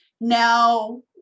Now